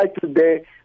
today